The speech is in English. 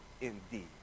indeed